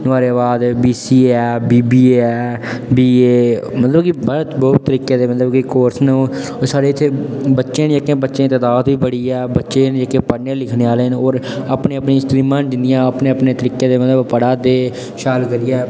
नुहाढ़े बाद B C A ऐ B B A ऐ बी ए मतलब कि बहुत तरीके दे मतलब कि कोर्स न होर साढ़े इत्थै बच्चे न जेह्के बच्चें दी तदाद बी बड़ी ऐ बच्चें न जेह्के पढ़ने लिखने आह्ले न होर अपनियां अपनियां स्ट्रीमां न जींदियां अपने अपने तरीके दे मतलब पढ़ै दे शैल करियै